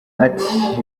ati